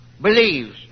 believes